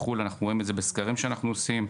אנחנו רואים את זה בסקרים שאנחנו עושים.